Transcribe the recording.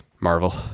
Marvel